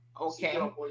Okay